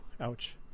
Ouch